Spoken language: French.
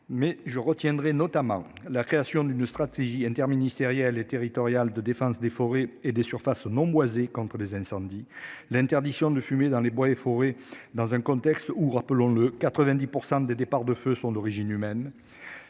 mais je retiendrai notamment la création d'une stratégie interministérielle et territoriale de défense des forêts et des surfaces non boisées contre les incendies, l'interdiction de fumer dans les bois et forêts dans un contexte où, rappelons-le, 90% des départs de feux sont d'origine humaine.